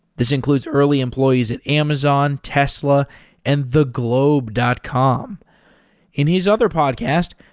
this includes early employees at amazon, tesla and the globe dot com in his other podcast,